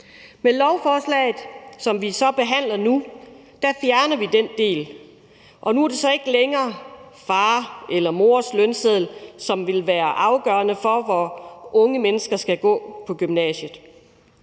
Med lovforslaget, som vi behandler nu, fjerner vi så den del. Nu er det så ikke længere fars eller mors lønseddel, som vil være afgørende for, hvor unge mennesker skal gå i gymnasiet.